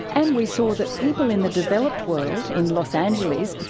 and we saw that people in the developed world, in los angeles,